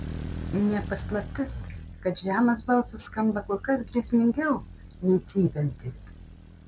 ne paslaptis kad žemas balsas skamba kur kas grėsmingiau nei cypiantis